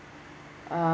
uh